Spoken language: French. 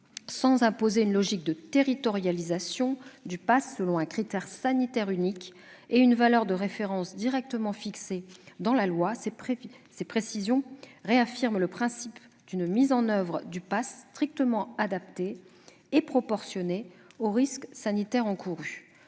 Sans imposer une logique de territorialisation du passe selon un critère sanitaire unique et une valeur de référence directement fixée dans la loi, ces précisions réaffirment le principe d'une mise en oeuvre du passe strictement adaptée et proportionnée aux risques sanitaires encourus.